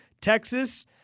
Texas